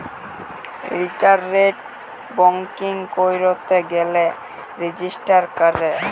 ইলটারলেট banking ক্যইরতে গ্যালে register ক্যরে